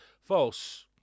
False